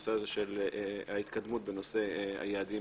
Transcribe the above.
הנושא הזה של ההתקדמות בנושא היעדים